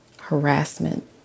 harassment